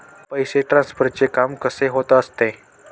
पैसे ट्रान्सफरचे काम कसे होत असते?